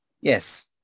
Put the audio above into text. yes